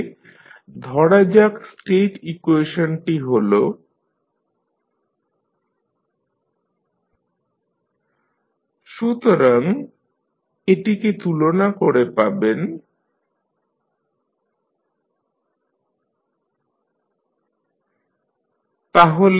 তাহলে ধরা যাক স্টেট ইকুয়েশনটি হল dx1dt dx2dt 0 1 2 3 x1 x2 0 1 u সুতরাং এটিকে তুলনা করে পাবেন A0 1 2 3 B0 1